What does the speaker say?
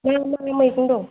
मा मा मैगं दं